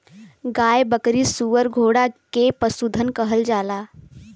गाय बकरी सूअर घोड़ा के पसुधन कहल जाला